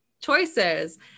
choices